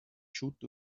schutt